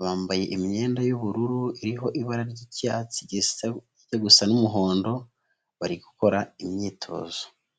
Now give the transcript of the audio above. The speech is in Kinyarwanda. bambaye imyenda y'ubururu iriho ibara ry'icyatsi kijya gusa n'umuhondo, bari gukora imyitozo.